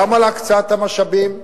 גם על הקצאת המשאבים.